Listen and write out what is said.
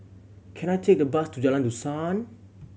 can I take a bus to Jalan Dusan